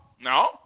No